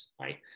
right